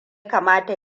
kamata